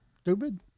stupid